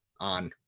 on